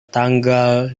tanggal